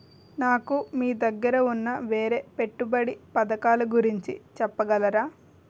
నాకు మీ దగ్గర ఉన్న వేరే పెట్టుబడి పథకాలుగురించి చెప్పగలరా?